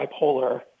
bipolar